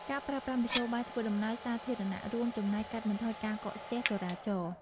ការប្រើប្រាស់មធ្យោបាយធ្វើដំណើរសាធារណៈ រួមចំណែកកាត់បន្ថយការកកស្ទះចរាចរណ៍។